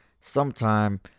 sometime